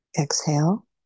Exhale